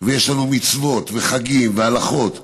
ויש לנו מצוות וחגים והלכות שבגללם,